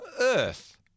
earth